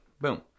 Boom